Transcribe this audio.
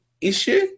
issue